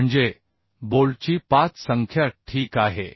म्हणजे बोल्टची 5 संख्या ठीक आहे